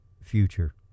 future